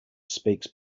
speaks